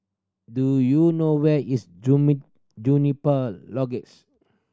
do you know where is Juniper